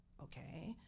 okay